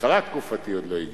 התחלת תקופתי עוד לא הגיעה.